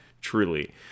truly